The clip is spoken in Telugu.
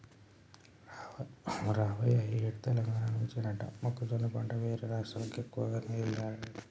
రావయ్య ఈ ఏడు తెలంగాణ నుంచేనట మొక్కజొన్న పంట వేరే రాష్ట్రాలకు ఎక్కువగా వెల్లాయట